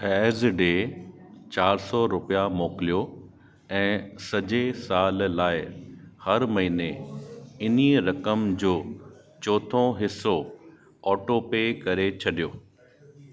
फैज़ ॾे चार सौ रुपया मोकिलियो ऐं सॼे साल लाइ हर महीने इन्हीअ रक़म जो चोथों हिसो ऑटोपे करे छॾियो